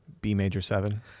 B-major-seven